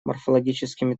морфологическими